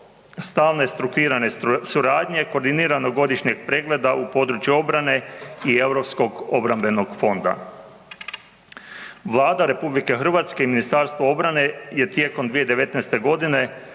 stalne strukturirane suradnje, koordiniranog godišnjeg pregleda u području obrane i europskog obrambenog fonda. Vlada RH i MORH je tijekom 2019. g.